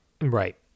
Right